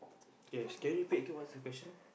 okay can you repeat again what's the question